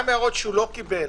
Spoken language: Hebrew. גם כאלה שלא קיבל,